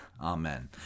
Amen